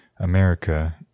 America